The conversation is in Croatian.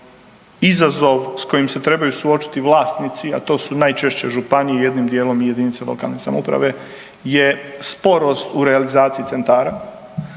izazov s kojim se trebaju suočiti vlasnici, a to su najčešće županije, jednim dijelom i jedinice lokalne samouprave je sporost u realizaciji centara